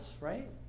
right